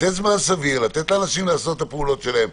לתת זמן סביר, לתת לאנשים לעשות את הפעולות שלהם.